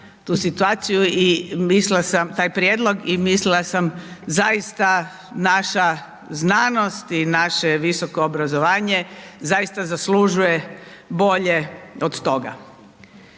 tu situaciju i mislila sam, taj prijedlog, i mislila sam zaista naša znanost i naše visoko obrazovanje zaista zaslužuje bolje od toga.